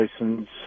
license